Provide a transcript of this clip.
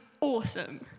awesome